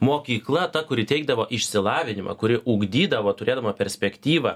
mokykla ta kuri teikdavo išsilavinimą kuri ugdydavo turėdama perspektyvą